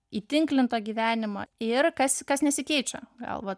įtinklinto gyvenimo ir kas kas nesikeičia gal vat